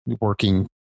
working